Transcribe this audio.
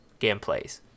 Gameplays